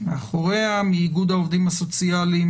מאיגוד העובדים הסוציאליים: